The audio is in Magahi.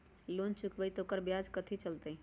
लोन चुकबई त ओकर ब्याज कथि चलतई?